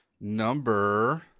Number